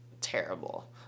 terrible